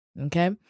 Okay